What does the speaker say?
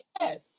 Yes